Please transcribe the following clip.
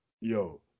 yo